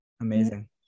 Amazing